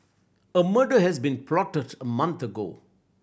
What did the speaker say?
a murder has been plotted a month ago